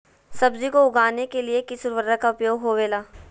सब्जी को उगाने के लिए किस उर्वरक का उपयोग होबेला?